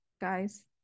guys